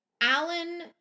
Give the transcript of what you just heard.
Alan